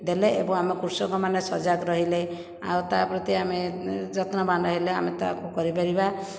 ଦେଲେ ଏବଂ ଆମ କୃଷକମାନେ ସଜାଗ ରହିଲେ ଆଉ ତା' ପ୍ରତି ଆମେ ଯତ୍ନବାନ ହେଲେ ଆମେ ତାହାକୁ କରିପାରିବା